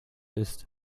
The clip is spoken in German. ist